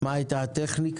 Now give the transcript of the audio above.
מה הייתה הטכניקה,